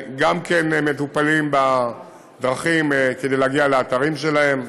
מטופלים בדרכים כדי להגיע לאתרים שלהם,